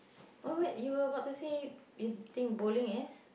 what what you were about to say you think bowling is